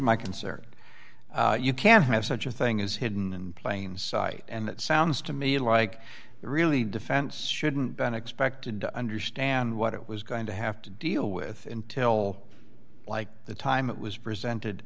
my concern you can have such a thing is hidden in plain sight and it sounds to me like a really defense shouldn't panic specter to understand what it was going to have to deal with until like the time it was presented